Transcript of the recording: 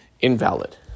Invalid